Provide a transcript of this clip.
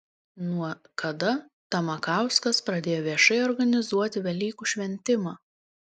nuo kada tamakauskas pradėjo viešai organizuoti velykų šventimą